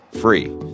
free